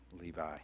Levi